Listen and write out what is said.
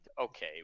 Okay